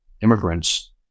immigrants